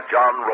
John